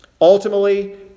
Ultimately